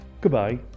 Goodbye